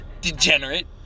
Degenerate